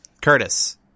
Curtis